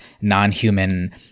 non-human